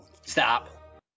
Stop